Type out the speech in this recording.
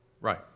Right